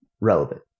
relevant